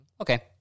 Okay